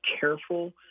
careful